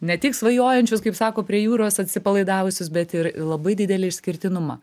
ne tik svajojančius kaip sako prie jūros atsipalaidavusius bet ir labai didelį išskirtinumą